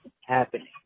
happening